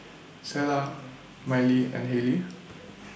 Selah Miley and Halie